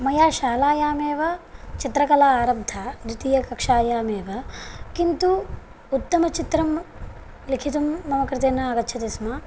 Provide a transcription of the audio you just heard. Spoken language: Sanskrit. मया शालायामेव चित्रकला आरब्धा द्वितीयकक्षायामेव किन्तु उत्तमचित्रं लिखितुं मम कृते न आगच्छति स्म